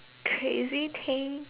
crazy thing